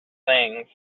things